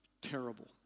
terrible